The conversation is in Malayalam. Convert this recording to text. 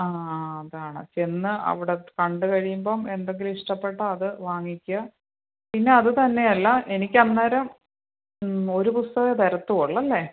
ആ അതാണ് ചെന്ന് അവിടെ കണ്ടു കഴിയുമ്പം എന്തെങ്കിലും ഇഷ്ടപ്പെട്ടാൽ അത് വാങ്ങിക്കുക പിന്നെ അത് തന്നെയല്ല എനിക്ക് അന്നേരം ഒരു പുസ്തകമേ തരത്തുള്ളു അല്ലേ